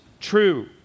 true